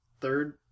third